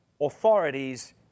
authorities